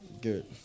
Good